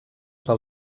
del